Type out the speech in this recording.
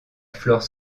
flore